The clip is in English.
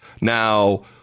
Now